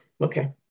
okay